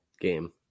game